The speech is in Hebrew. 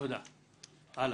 תודה, הלאה.